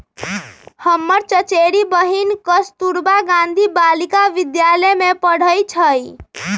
हमर चचेरी बहिन कस्तूरबा गांधी बालिका विद्यालय में पढ़इ छइ